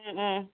ও